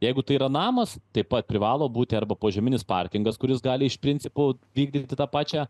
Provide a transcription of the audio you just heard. jeigu tai yra namas taip pat privalo būti arba požeminis parkingas kuris gali iš principo vykdyti tą pačią